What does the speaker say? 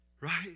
right